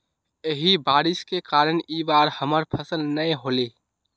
यही बारिश के कारण इ बार हमर फसल नय होले?